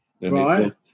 Right